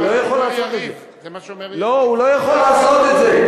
הוא לא יכול לעשות את זה.